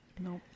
Nope